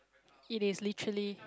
it is literally